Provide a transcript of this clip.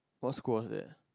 what school was that